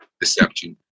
deception